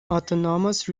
autonomous